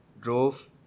drove